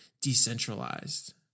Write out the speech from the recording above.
decentralized